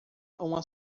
uma